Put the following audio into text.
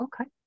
okay